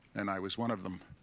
and i was one of them.